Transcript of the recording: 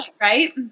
Right